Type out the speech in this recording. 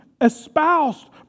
espoused